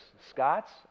Scots